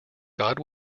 god